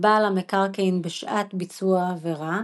בעל המקרקעין בשעת ביצוע העבירה.